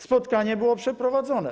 Spotkanie było przeprowadzone.